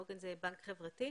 העוגן זה בנק חברתי.